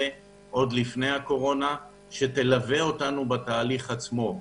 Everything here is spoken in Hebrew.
עוד לפני הקורונה שתלווה אותנו בתהליך עצמו.